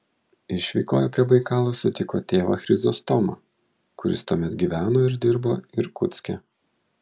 išvykoje prie baikalo sutiko tėvą chrizostomą kuris tuomet gyveno ir dirbo irkutske